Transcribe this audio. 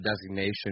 designation